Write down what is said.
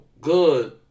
good